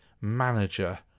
manager